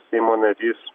seimo narys